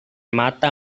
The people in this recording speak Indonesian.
mata